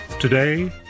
Today